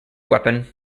weapon